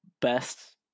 Best